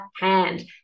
hand